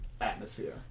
atmosphere